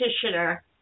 practitioner